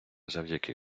завдяки